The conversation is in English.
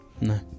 No